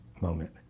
moment